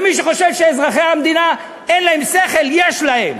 ומי שחושב שאזרחי המדינה אין להם שכל, יש להם,